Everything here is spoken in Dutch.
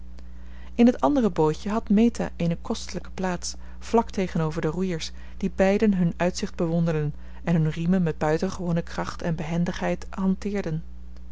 in het andere bootje had meta eene kostelijke plaats vlak tegenover de roeiers die beiden hun uitzicht bewonderden en hun riemen met buitengewone kracht en behendigheid